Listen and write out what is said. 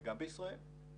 וגם בישראל.